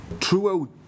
throughout